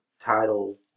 title